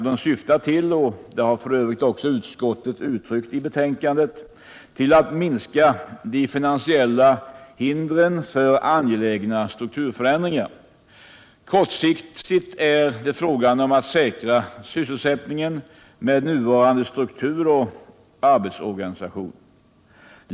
De syftar till — det har f. ö. också utskottet uttryckt i betänkandet —- att minska de finansiella hindren för angelägna strukturförändringar. Kortsiktigt är det fråga om att säkra sysselsättningen med nuvarande struktur av arbetsorganisationen.